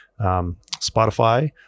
Spotify